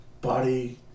body